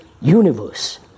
universe